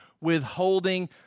withholding